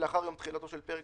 "תושב ישראל" כהגדרתו בפקודה,